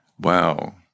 Wow